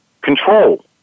control